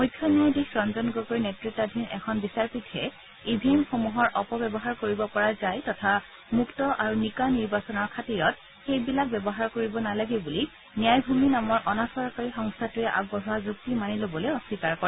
মুখ্য ন্যায়াধীশ ৰঞ্জন গগৈৰ নেততাধীন এখন বিচাৰপীঠে ই ভি এম সমূহৰ অপ ব্যৱহাৰ কৰিব পৰা যায় তথা মুক্ত আৰু নিকা নিৰ্বাচনৰ খাতিৰত সেই বিলাক ব্যৱহাৰ কৰিব নালাগে বুলি 'ন্যায়ভূমি' নামৰ অনা চৰকাৰী সংস্থাটোৱে আগবঢ়োৱা যুক্তি মানি ল'বলৈ অশ্বীকাৰ কৰে